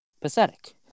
pathetic